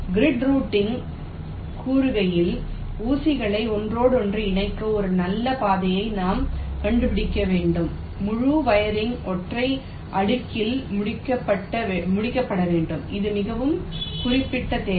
grid routing கூறுகையில் ஊசிகளை ஒன்றோடொன்று இணைக்க ஒரு நல்ல பாதையை நாம் கண்டுபிடிக்க வேண்டும் முழு வயரிங் ஒற்றை அடுக்கில் முடிக்கப்பட வேண்டும் இது மிகவும் குறிப்பிட்ட தேவை